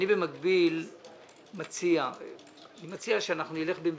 אני במקביל מציע שאנחנו נלך במדורג.